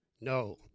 No